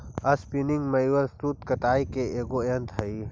spinning mule सूत कताई के एगो यन्त्र हई